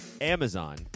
Amazon